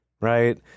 right